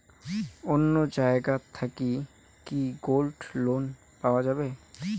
অন্য জায়গা থাকি কি গোল্ড লোন পাওয়া যাবে?